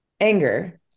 anger